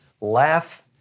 laugh